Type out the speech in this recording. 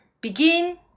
begin